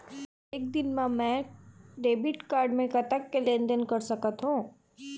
एक दिन मा मैं डेबिट कारड मे कतक के लेन देन कर सकत हो?